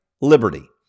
liberty